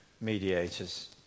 mediators